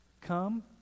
Come